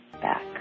back